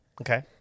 Okay